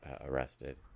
arrested